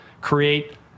create